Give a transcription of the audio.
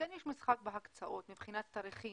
שכן יש משחק בהקצאות מבחינת תאריכים,